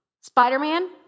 Spider-Man